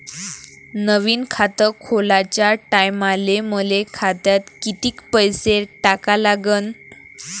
नवीन खात खोलाच्या टायमाले मले खात्यात कितीक पैसे टाका लागन?